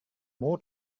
more